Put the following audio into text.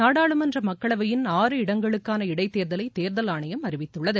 நாடாளுமன்ற மாநிலங்களவையின் ஆறு இடங்களுக்கான இடைத்தேர்தலை தேர்தல் ஆணையம் அறிவித்துள்ளது